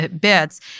bits